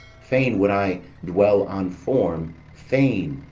fain would i dwell on form fain,